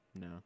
No